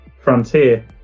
frontier